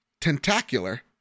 Tentacular